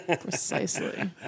Precisely